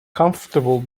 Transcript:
comfortable